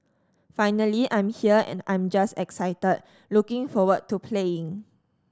finally I'm here and I'm just excited looking forward to playing